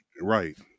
right